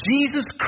Jesus